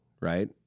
right